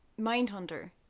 Mindhunter